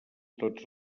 tots